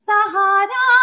Sahara